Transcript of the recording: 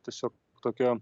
tiesiog tokio